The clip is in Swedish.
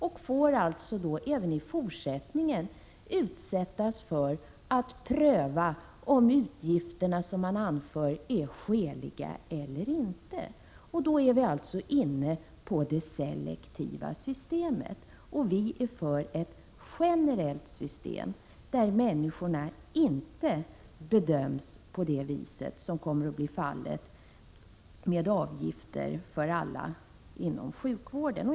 De får alltså även i fortsättningen utsättas för en prövning av om utgifterna som de anför är skäliga eller inte. Vi är alltså inne på det selektiva systemet. Vi i vpk är för ett generellt system där människorna inte bedöms på det sätt som kommer bli fallet med avgifter för alla inom sjukvården.